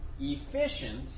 efficient